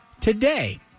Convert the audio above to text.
today